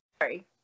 Sorry